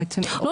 לא,